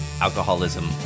alcoholism